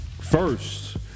first